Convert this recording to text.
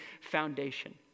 foundation